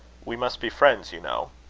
we must be friends, you know.